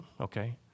okay